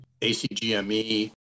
ACGME